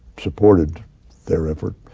supported their effort.